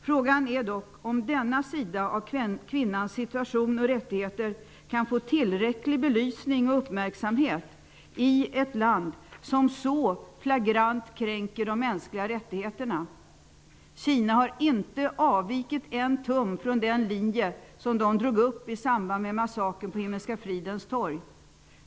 Frågan är dock om denna sida av kvinnans situation och rättigheter kan få tillräcklig belysning och uppmärksamhet i ett land som så flagrant kränker de mänskliga rättigheterna. Kina har inte avvikit en tum från den linje som de drog upp i samband med massakern på Himmelska fridens torg.